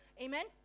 Amen